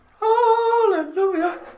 Hallelujah